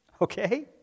Okay